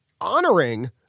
honoring